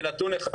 ונתון אחד,